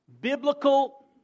Biblical